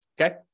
Okay